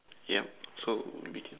yeah so we begin